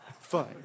Fine